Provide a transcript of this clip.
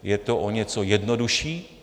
Je to o něco jednodušší.